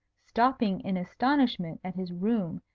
stopping in astonishment at his room,